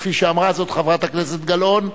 כפי שאמרה זאת חברת הכנסת גלאון,